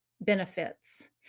benefits